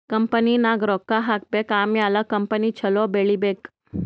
ಕಂಪನಿನಾಗ್ ರೊಕ್ಕಾ ಹಾಕಬೇಕ್ ಆಮ್ಯಾಲ ಕಂಪನಿ ಛಲೋ ಬೆಳೀಬೇಕ್